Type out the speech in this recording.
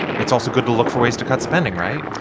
it's also good to look for ways to cut spending, right?